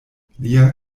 lia